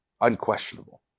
unquestionable